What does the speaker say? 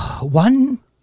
One